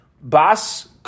Bas